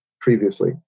previously